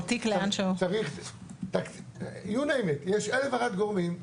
יש 1,001 גורמים,